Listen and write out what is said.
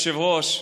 אדוני היושב-ראש,